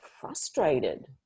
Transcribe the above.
frustrated